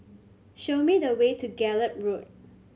show me the way to Gallop Road